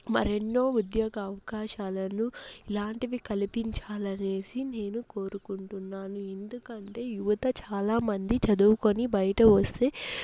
మరెన్నో ఉద్యోగావకాశాలను ఇలాంటివి కలిపించాలనేసి నేను కోరుకుంటున్నాను ఎందుకంటే యువత చాలా మంది చదువుకొని బయట వస్తే